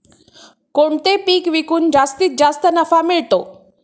कोणते पीक विकून जास्तीत जास्त नफा मिळतो?